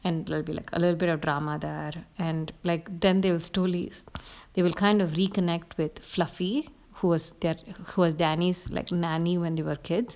and there will be like a little bit of drama there and like then they would still lease they would kind of reconnect with fluffy who was dan~ who was danny's like nanny when they were kids